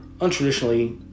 untraditionally